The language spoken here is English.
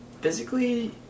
physically